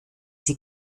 sie